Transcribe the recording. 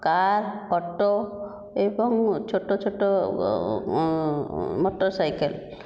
car auto ଏବଂ ଛୋଟ ଛୋଟ ମୋଟରସାଇକେଲ